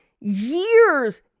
Years